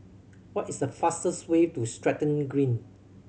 what is the fastest way to Stratton Green